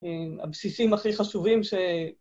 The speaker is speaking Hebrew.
הבסיסים הכי חשובים ש...